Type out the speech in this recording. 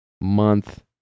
month